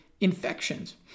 infections